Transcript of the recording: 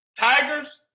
Tigers